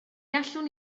allwn